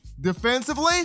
Defensively